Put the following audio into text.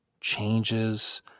changes